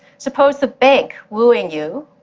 suppose the bank, wooing you,